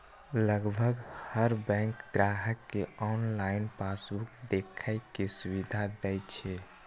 लगभग हर बैंक ग्राहक कें ऑनलाइन पासबुक देखै के सुविधा दै छै